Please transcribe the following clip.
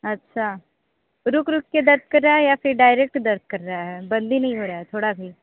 अच्छा रुक रुक के दर्द कर रहा है या फिर डायरेक्ट दर्द कर रहा है बंद ही नहीं हो रहा है थोड़ा भी